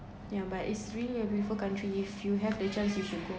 yeah but it's really a beautiful country if you have the chance you should go